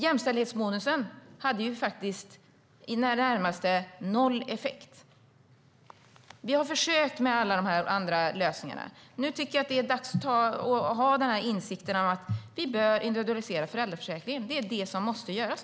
Jämställdhetsbonusen hade i det närmaste noll effekt. Vi har försökt med alla de andra lösningarna. Nu är det dags att ha insikten att vi bör individualisera föräldraförsäkringen. Det är vad som nu måste göras.